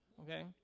okay